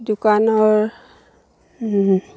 দোকানৰ